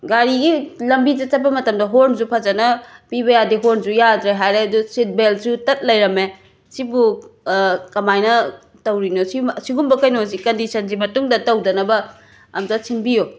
ꯒꯥꯔꯤꯒꯤ ꯂꯝꯕꯤꯗ ꯆꯠꯄ ꯃꯇꯝꯗ ꯍꯣꯔꯟꯁꯨ ꯐꯖꯅ ꯄꯤꯕ ꯌꯥꯗꯦ ꯍꯣꯔꯟꯁꯨ ꯌꯥꯗ꯭ꯔꯦ ꯍꯥꯏꯔꯦ ꯑꯗꯨꯒ ꯁꯤꯠ ꯕꯦꯜꯁꯨ ꯇꯠ ꯂꯩꯔꯝꯃꯦ ꯁꯤꯕꯨ ꯀꯃꯥꯏ ꯇꯧꯔꯤꯅꯣ ꯁꯤ ꯁꯤꯒꯨꯝꯕ ꯀꯩꯅꯣꯁꯤ ꯀꯟꯗꯤꯁꯟꯁꯤ ꯃꯇꯨꯡꯗ ꯇꯧꯗꯅꯕ ꯑꯃꯨꯛꯇ ꯁꯤꯟꯕꯤꯌꯨ